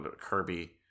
Kirby